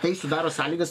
tai sudaro sąlygas